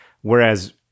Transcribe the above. Whereas